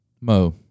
Mo